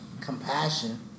compassion